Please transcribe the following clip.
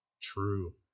true